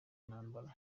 ntambara